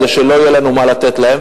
כדי שלא יהיה לנו מה לתת להם,